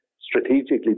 strategically